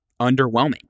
underwhelming